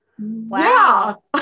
Wow